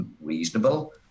reasonable